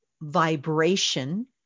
vibration